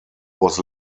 was